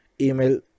email